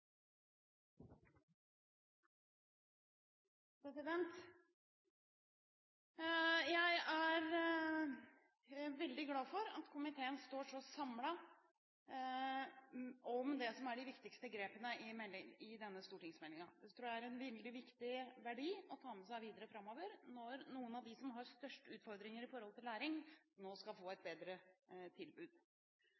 er de viktigste grepene i denne stortingsmeldingen. Det tror jeg er en veldig viktig verdi å ta med seg videre framover, når noen av dem som har størst utfordringer i forhold til læring, nå skal få et